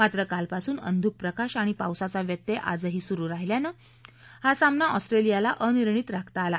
मात्र कालपासून अंधुक प्रकाश आणि पावसाचा व्यत्यय आजही सुरू राहिल्यानं हा सामना ऑस्ट्रेलियाला अनिर्णित राखता आला